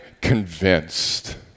convinced